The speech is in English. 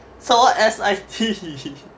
什么 S_I_T